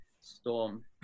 storm